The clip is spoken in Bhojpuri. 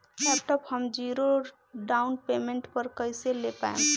लैपटाप हम ज़ीरो डाउन पेमेंट पर कैसे ले पाएम?